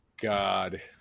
god